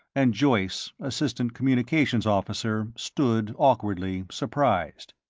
and joyce, assistant communications officer, stood awkwardly, surprised.